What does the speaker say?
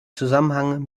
zusammenhang